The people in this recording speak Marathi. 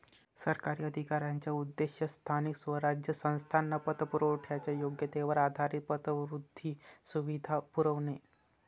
सरकारी अधिकाऱ्यांचा उद्देश स्थानिक स्वराज्य संस्थांना पतपुरवठ्याच्या योग्यतेवर आधारित पतवृद्धी सुविधा पुरवणे